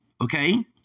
Okay